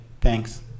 Thanks